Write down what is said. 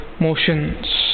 motions